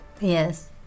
Yes